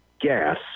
gas